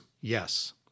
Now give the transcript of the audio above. Yes